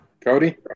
Cody